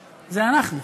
אנחנו,